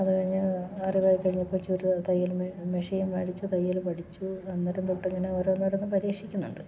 അത് കഴിഞ്ഞു അറിവായി കഴിഞ്ഞപ്പോൾ ചെറുതായി തയ്യൽ മെഷീൻ മേടിച്ചു തയ്യൽ പഠിച്ചു അന്നേരം തൊട്ട് ഇങ്ങനെ ഓരോന്ന് ഓരോന്ന് പരീക്ഷിക്കുന്നുണ്ട്